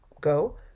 go